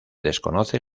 desconoce